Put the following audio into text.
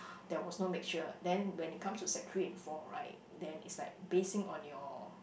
there was no mixture then when it comes to sec three and four right then is like basing on your